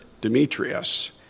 Demetrius